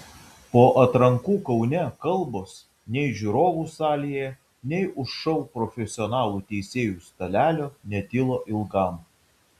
po atrankų kaune kalbos nei žiūrovų salėje nei už šou profesionalų teisėjų stalelio netilo ilgam